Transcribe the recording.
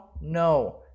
no